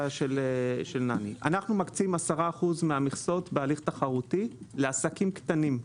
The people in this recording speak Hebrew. אנחנו מקצים 10% מהמכסות בהליך תחרותי לעסקים קטנים.